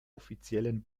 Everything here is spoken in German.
offiziellen